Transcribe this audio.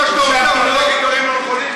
קח כמה שאתה רוצה, אבל אל תגיד דברים לא נכונים.